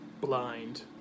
blind